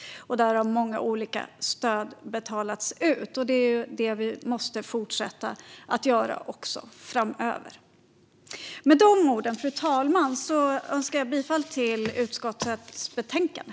Många olika stöd har betalats ut, och det är det vi måste fortsätta att göra framöver. Fru talman! Jag yrkar bifall till förslaget i utskottets betänkande.